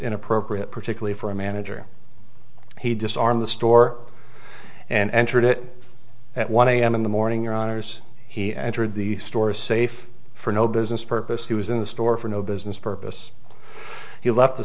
inappropriate particularly for a manager he disarm the store and entered it at one am in the morning your honour's he entered the store safe for no business purpose he was in the store for no business purpose he left the